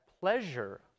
pleasure